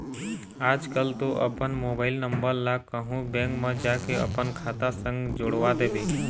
आजकल तो अपन मोबाइल नंबर ला कहूँ बेंक म जाके अपन खाता संग जोड़वा देबे